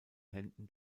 händen